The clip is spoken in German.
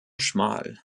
schmal